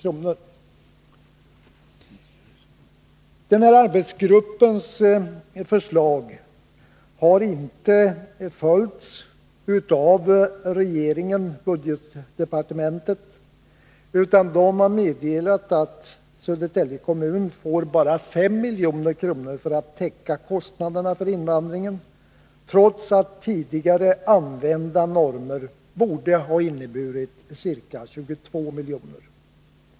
Regeringen — budgetdepartementet — har emellertid inte följt arbetsgruppens förslag utan meddelat att Södertälje kommun bara får 5 milj.kr. för att täcka kostnader för invandringen, trots att tidigare tillämpade normer borde ha inneburit en utbetalning på ca 22 milj.kr.